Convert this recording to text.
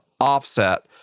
offset